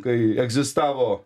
kai egzistavo